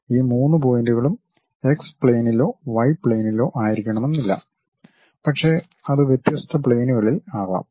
ഈ മൂന്ന് പോയിന്റുകളും എക്സ് പ്ലെയിനിലോ വൈ പ്ലെയിനിലോ ആയിരിക്കണമെന്നില്ല പക്ഷേ അത് വ്യത്യസ്ത പ്ലെയിനുകളിൽ ആകാം